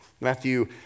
Matthew